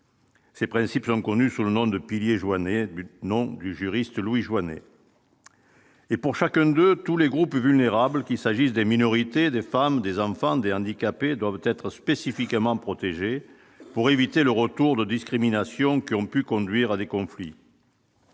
Ces principes-là ont connu sous le nom de piliers Jouannet non du juriste Louis Joinet et pour chacun, de tous les groupes vulnérables, qu'il s'agisse des minorités, des femmes, des enfants de handicapés doivent être spécifiquement protégée pour éviter le retour de discrimination qui ont pu conduire à des conflits.